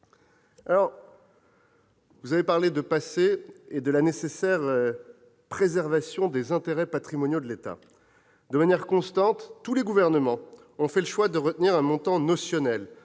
Vous avez parlé du passé et de la nécessaire préservation des intérêts patrimoniaux de l'État. De manière constante, tous les gouvernements ont fait le choix de retenir un montant notionnel